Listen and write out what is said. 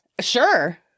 Sure